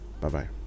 bye-bye